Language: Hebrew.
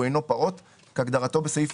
אני חושבת שנתנו מענה כן והכי ישיר